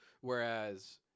Whereas